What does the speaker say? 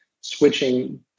switching